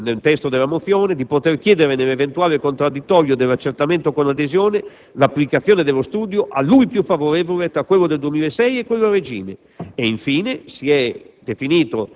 anche il riferimento nel testo della mozione - nell'eventuale contraddittorio dell'accertamento con adesione, l'applicazione dello studio a lui più favorevole tra quello del 2006 e quello a regime.